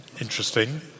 Interesting